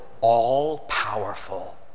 all-powerful